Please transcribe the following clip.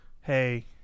hey